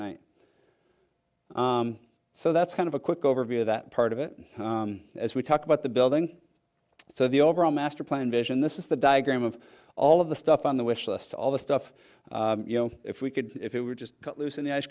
night so that's kind of a quick overview of that part of it as we talk about the building so the overall master plan vision this is the diagram of all of the stuff on the wishlist all the stuff you know if we could if it were just loose in the ice